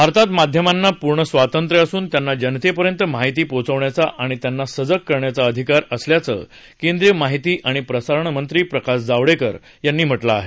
भारतात माध्यमांना पूर्ण स्वातंत्र्य असून त्यांना जनतेपर्यंत माहिती पोहोचवण्याचा आणि त्यांना सजग करण्याचा अधिकार असल्याचं केंद्रीय माहिती आणि प्रसारण मंत्री प्रकाश जावडेकर यांनी म्हटलं आहे